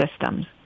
systems